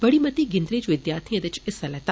बड़ी मती गिनतरी च विद्यार्थिएं ऐदे च हिस्सा लैता